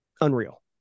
unreal